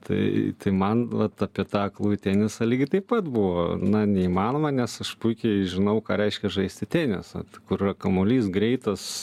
tai tai man vat apie tą aklųjų tenisą lygiai taip pat buvo na neįmanoma nes aš puikiai žinau ką reiškia žaisti tenisą kur kamuolys greitas